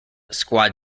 squad